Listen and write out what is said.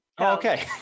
Okay